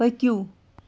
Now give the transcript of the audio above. پٔکِو